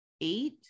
eight